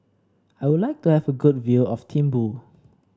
I would like to have a good view of Thimphu